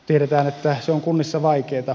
tiedetään että se on kunnissa vaikeata